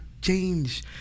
change